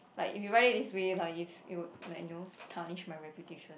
like if you write it this way like it's it would like you know tarnish my reputation